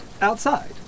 outside